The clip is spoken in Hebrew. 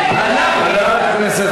תשאל אותם אני לא מבין, היית שרה.